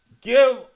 Give